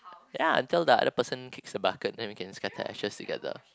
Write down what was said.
ya until the other person kicks the bucket then we can scatter ashes together